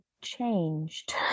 changed